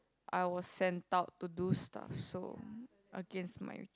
I was sent out to do stuff so against my